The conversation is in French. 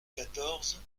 quatorze